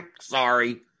sorry